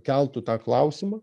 keltų tą klausimą